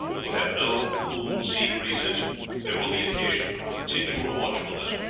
will have no cool sea breezes there will be occasion for continual watchfulness,